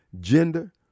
gender